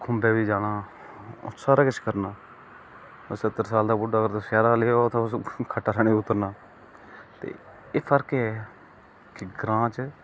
खुंबे बी जाना सारा किश करना सत्तर साल दा बुड्ढा अगर तुस शैहर आह्ला लैओ तुस ते उस खट्टा उप्परा गै नेईं उतरना ते फर्क ऐ है कि ग्रां च